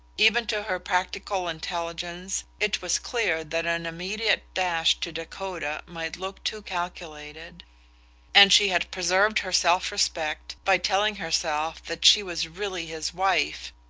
even to her practical intelligence it was clear that an immediate dash to dakota might look too calculated and she had preserved her self-respect by telling herself that she was really his wife,